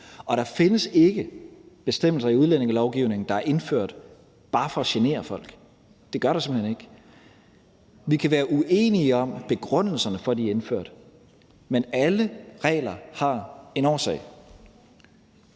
Og der findes ikke bestemmelser i udlændingelovgivningen, der er indført bare for at genere folk. Det gør der simpelt hen ikke. Vi kan være uenige om begrundelserne for, at de er indført, men alle regler har en årsag.